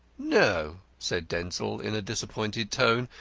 no! said denzil in a disappointed tone,